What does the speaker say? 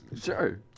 Sure